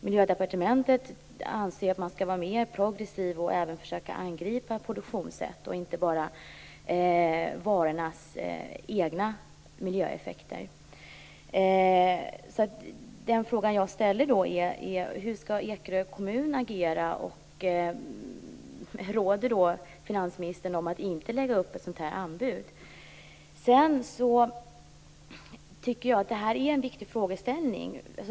Miljödepartementet anser ju att man skall vara mer progressiv och även försöka angripa produktionssättet, inte bara varornas egna miljöeffekter. Den fråga jag ställer är: Hur skall Ekerö kommun agera? Är finansministerns råd att man inte skall gå ut med detta anbud? Jag tycker att det här är en viktig frågeställning.